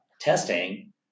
testing